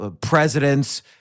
presidents